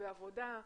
בעבודה,